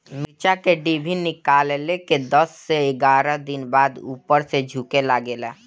मिरचा क डिभी निकलले के दस से एग्यारह दिन बाद उपर से झुके लागेला?